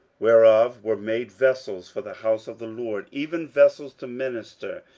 whereof were made vessels for the house of the lord, even vessels to minister,